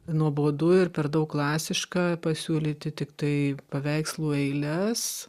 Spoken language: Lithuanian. nuobodu ir per daug klasiška pasiūlyti tiktai paveikslų eiles